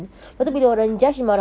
betul